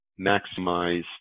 maximize